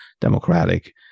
democratic